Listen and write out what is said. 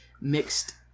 mixed